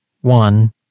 one